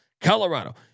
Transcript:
Colorado